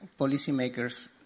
policymakers